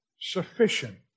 sufficient